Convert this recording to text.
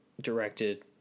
directed